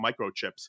microchips